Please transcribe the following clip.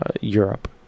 Europe